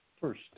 first